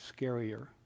scarier